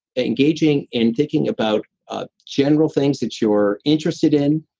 engaging in thinking about ah general things that you're interested in,